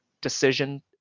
decision